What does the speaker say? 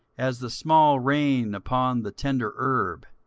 as the small rain upon the tender herb,